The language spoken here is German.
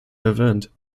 verwirrend